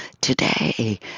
today